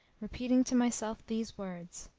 repeating to myself these words,